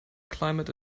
climate